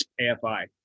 AFI